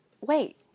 wait